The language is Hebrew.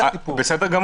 בסדר,